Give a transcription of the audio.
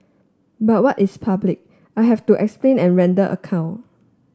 but what is public I have to explain and render account